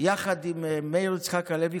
יחד עם מאיר יצחק הלוי,